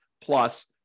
plus